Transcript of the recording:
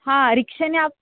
हां रिक्षाने आप